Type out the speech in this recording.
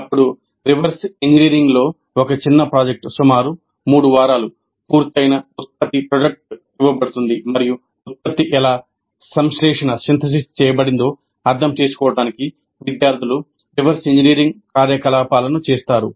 అప్పుడు రివర్స్ ఇంజనీరింగ్లో ఒక చిన్న ప్రాజెక్ట్ సుమారు 3 వారాలు పూర్తయిన ఉత్పత్తి ఇవ్వబడుతుంది మరియు ఉత్పత్తి ఎలా సంశ్లేషణ చేయబడిందో అర్థం చేసుకోవడానికి విద్యార్థులు రివర్స్ ఇంజనీరింగ్ కార్యకలాపాలను చేస్తారు